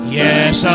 yes